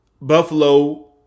Buffalo –